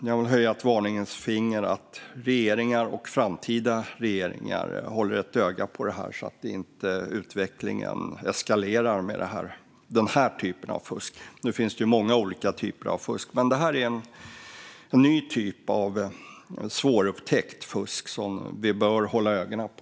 Jag vill höja ett varningens finger så att regeringen, och framtida regeringar, håller ett öga på det här och så att inte utvecklingen eskalerar vad gäller denna typ av fusk. Det finns ju många olika typer av fusk, men det här är en ny typ av svårupptäckt fusk som vi bör hålla ögonen på.